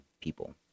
people